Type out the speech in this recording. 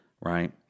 right